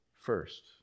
first